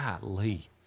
golly